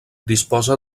disposa